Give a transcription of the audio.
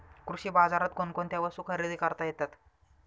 कृषी बाजारात कोणकोणत्या वस्तू खरेदी करता येतात